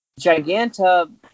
Giganta